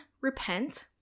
repent